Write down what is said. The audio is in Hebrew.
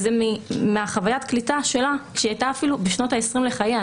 וזה מחוויית הקליטה שלה שהיא הייתה אפילו בשנות ה-20 לחייה,